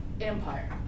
empire